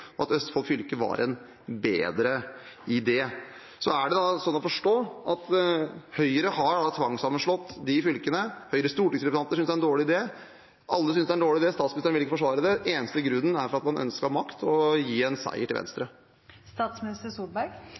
at Østfold fylke var en bedre idé. Er det sånn å forstå at Høyre har tvangssammenslått de fylkene, Høyres stortingsrepresentanter synes det er en dårlig idé, alle synes det er en dårlig idé, statsministeren vil ikke forsvare det, og den eneste grunnen er at man ønsket å ha makt og ville gi en seier til Venstre?